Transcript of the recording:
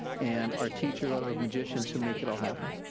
and our teachers are the magicians who make it all happen.